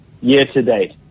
year-to-date